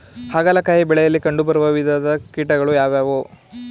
ಹಾಗಲಕಾಯಿ ಬೆಳೆಯಲ್ಲಿ ಕಂಡು ಬರುವ ವಿವಿಧ ಕೀಟಗಳು ಯಾವುವು?